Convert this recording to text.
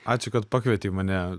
ačiū kad pakvietei mane